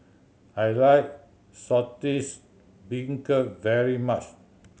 I like Saltish Beancurd very much